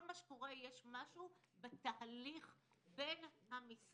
כל מה שקורה יש משהו בתהליך בין המשרד